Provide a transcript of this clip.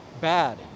bad